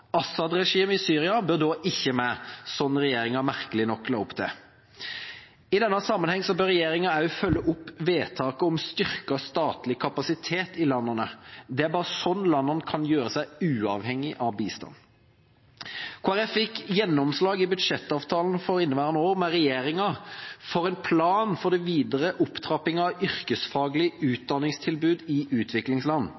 i Syria bør da ikke med, slik regjeringa merkelig nok la opp til. I denne sammenheng bør regjeringa også følge opp vedtaket om styrket statlig kapasitet i landene. Det er bare slik landene kan gjøre seg uavhengige av bistand. Kristelig Folkeparti fikk i budsjettavtalen med regjeringa for inneværende år gjennomslag for en plan for den videre opptrappingen av yrkesfaglig